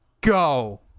go